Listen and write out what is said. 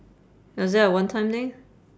is that a one time thing